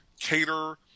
cater